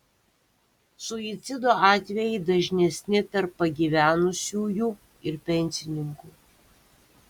suicido atvejai dažnesni tarp pagyvenusiųjų ir pensininkų